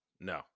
No